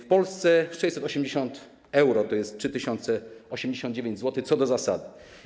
W Polsce - 680 euro, tj. 3089 zł co do zasady.